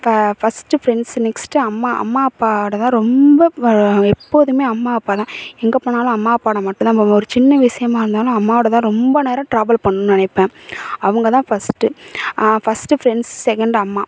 இப்போ first friends next அம்மா அம்மா அப்பாவோடு தான் ரொம்ப எப்போதுமே அம்மா அப்பா தான் எங்கே போனாலும் அம்மா அப்பாவோடு மட்டும் தான் போவேன் ஒரு சின்ன விஷயமா இருந்தாலும் அம்மாவோட தான் ரொம்ப நேரம் ட்ராவல் பண்ணணுன்னு நினைப்பேன் அவங்க தான் ஃபஸ்ட்டு ஃபஸ்ட்டு ஃப்ரெண்ட்ஸ் செகண்டு அம்மா